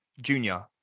junior